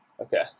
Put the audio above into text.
Okay